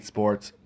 Sports